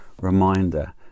reminder